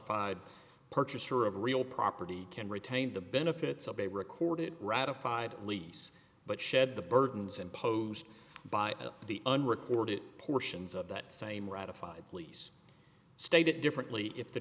fide purchaser of real property can retain the benefits of a recorded ratified lease but shed the burdens imposed by the unrecorded portions of that same ratified police state it differently if the